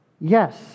Yes